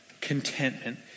contentment